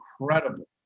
incredible